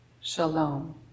shalom